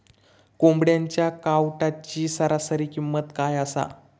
कोंबड्यांच्या कावटाची सरासरी किंमत काय असा?